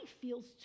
feels